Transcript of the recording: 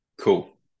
Cool